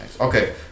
Okay